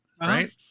right